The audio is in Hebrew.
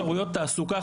ראשי הרשויות,